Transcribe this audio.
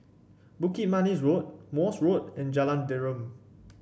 Bukit Manis Road Morse Road and Jalan Derum